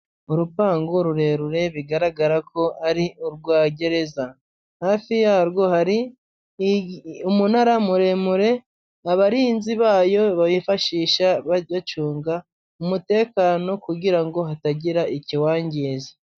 Urupangu rurerure bigaragara ko ari urwa gereza, hafi yarwo hari umunara muremure abarinzi bayo bayifashisha bacunga umutekano kugirango hatagira ikiwangiza.